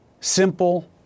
simple